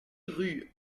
rue